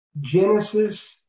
Genesis